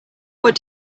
what